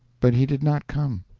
but he did not come.